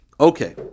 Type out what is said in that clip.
Okay